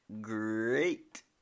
great